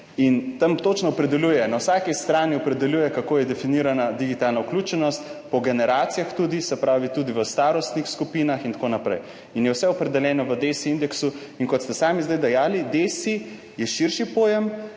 in tam točno opredeljuje, na vsaki strani opredeljuje, kako je definirana digitalna vključenost po generacijah tudi, se pravi tudi v starostnih skupinah in tako naprej. Vse je opredeljeno v DESI indeksu. In kot ste sami zdaj dejali, DESI je širši pojem.